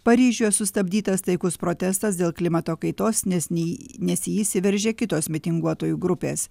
paryžiuje sustabdytas taikus protestas dėl klimato kaitos nes nei nes į jį įsiveržė kitos mitinguotojų grupės